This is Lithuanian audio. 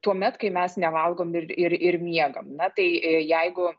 tuomet kai mes nevalgom ir ir ir miegam na tai jeigu